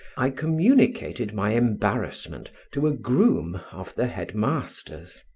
i communicated my embarrassment to a groom of the head-master's.